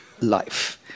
life